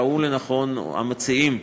ראו לנכון המציעים,